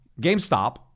GameStop